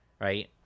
right